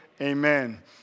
Amen